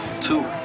two